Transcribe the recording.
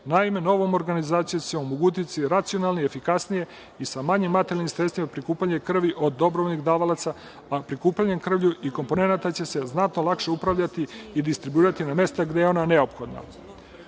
Naime, novom organizacijom će se omogućiti racionalno, efikasnije i sa manjim materijalnim sredstvima prikupljanje krvi od dobrovoljnih davalaca, a prikupljanjem krvlju i komponenata će se znatno lakše upravljati i distribuirati na mesta gde je ono neophodno.U